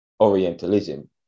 Orientalism